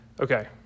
Okay